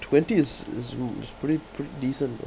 twenty is is is pretty pretty decent